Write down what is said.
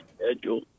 schedule